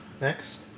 next